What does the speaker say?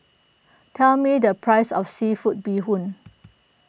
tell me the price of Seafood Bee Hoon